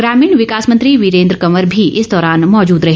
ग्रामीण विकास मंत्री वीरेन्द्र कंवर भी इस दौरान मौजूद रहे